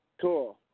Cool